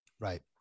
Right